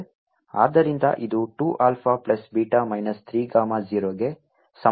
ಆದ್ದರಿಂದ ಇದು 2 alpha plus beta minus 3 gamma 0 ಗೆ ಸಮಾನವಾಗಿರುತ್ತದೆ